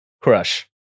crush